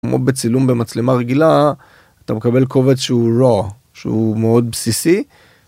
כמו בצילום במצלמה רגילה אתה מקבל קובץ שהוא raw שהוא מאוד בסיסי.